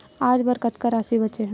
आज बर कतका राशि बचे हे?